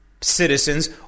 citizens